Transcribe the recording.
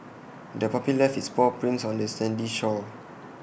the puppy left its paw prints on the sandy shore